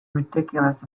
ridiculous